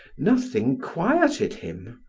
nothing quieted him.